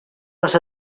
les